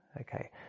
okay